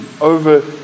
over